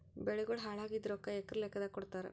ಬೆಳಿಗೋಳ ಹಾಳಾಗಿದ ರೊಕ್ಕಾ ಎಕರ ಲೆಕ್ಕಾದಾಗ ಕೊಡುತ್ತಾರ?